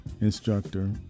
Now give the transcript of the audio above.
instructor